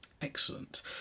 Excellent